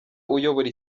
uyobora